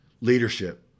leadership